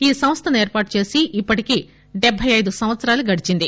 ఈ సంస్టను ఏర్పాటు చేసి ఇప్పటికి డెట్టె అయిదు సంవత్సరాలు గడిచింది